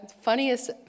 funniest